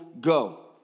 go